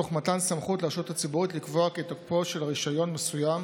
תוך מתן סמכות לרשות הציבורית לקבוע כי תוקפו של רישיון מסוים